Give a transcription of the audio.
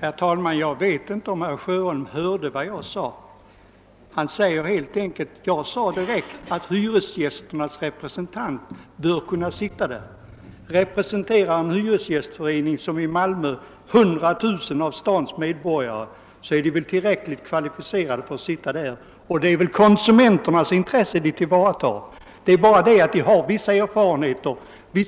Herr talman! Jag vet inte om herr Sjöholm hörde vad jag sade. Jag sade att hyresgästernas representanter bör kunna sitta i dessa nämnder. Representerar de, som i Malmö, en hyresgästförening omfattande ca 100 000 av stadens medborgare är de väl tillräckligt kvalificerade för att sitta där, och det är konsumenternas intressen de tillvaratar. De har goda erfarenheter